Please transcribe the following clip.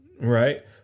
right